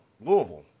Louisville